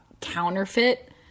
counterfeit